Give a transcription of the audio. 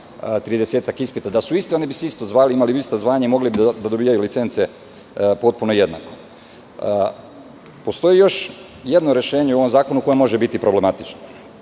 30-ak ispita. Da su isti, oni bi se isto zvali, imali bi ista zvanja, mogli bi da dobijaju licence potpuno jednako. Postoji još jedno rešenje u ovom zakonu koje može biti problematično.